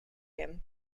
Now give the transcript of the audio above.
him